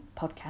podcast